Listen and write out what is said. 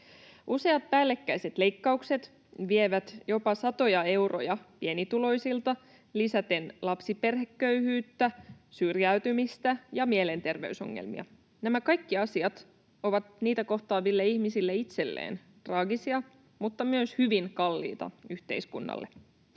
Useat päällekkäiset leikkaukset vievät jopa satoja euroja pienituloisilta lisäten lapsiperheköyhyyttä, syrjäytymistä ja mielenterveysongelmia. Nämä kaikki asiat ovat niitä kohtaaville ihmisille itselleen traagisia, mutta myös hyvin kalliita yhteiskunnalle.